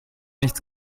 nichts